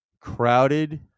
crowded